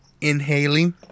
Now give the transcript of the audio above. Inhaling